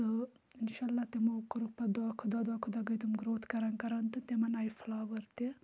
تہٕ اِنشاء اللہ تِمو کوٚرُکھ پَتہٕ دۄہ کھۄتہٕ دۄہ دۄہ کھۄتہٕ دۄہ گٔے تِم گروتھ کَران تہٕ تِمَن آیہِ فٕلاوَر تہِ